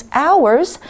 hours 。